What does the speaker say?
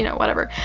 you know whatever.